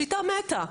שיטה מתה,